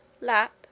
Lap